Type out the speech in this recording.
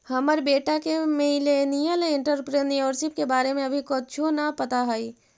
हमर बेटा के मिलेनियल एंटेरप्रेन्योरशिप के बारे में अभी कुछो न पता हई